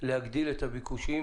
להגדיל את הביקושים